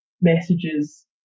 messages